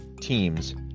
teams